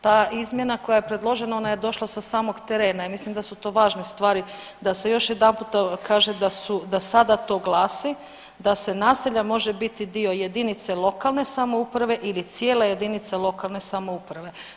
Ta izmjena koja je predložena ona je došla sa samog terena i mislim da su to važne stvari da se još jedan puta kaže da sada to glasi da se naselja može biti dio jedinice lokalne samouprave ili cijele jedinice lokalne samouprave.